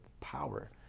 Power